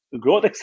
growth